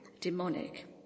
demonic